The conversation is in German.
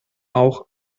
auch